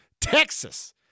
Texas